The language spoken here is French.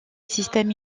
système